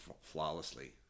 flawlessly